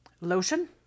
lotion